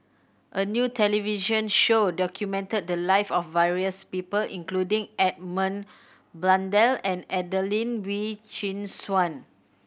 a new television show documented the live of various people including Edmund Blundell and Adelene Wee Chin Suan